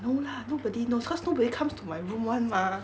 no lah nobody knows cause nobody comes to my room [one] mah